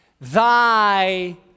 thy